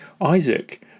Isaac